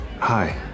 Hi